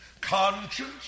Conscience